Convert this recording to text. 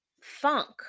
funk